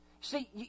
See